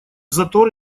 затор